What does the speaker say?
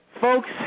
Folks